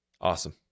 awesome